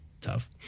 tough